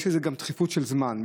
יש לזה גם דחיפות של זמן,